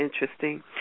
interesting